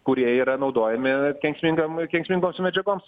kurie yra naudojami kenksmingam kenksmingoms medžiagoms